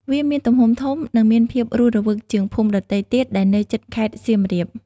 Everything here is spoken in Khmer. វាមានទំហំធំ និងមានភាពរស់រវើកជាងភូមិដទៃទៀតដែលនៅជិតខេត្តសៀមរាប។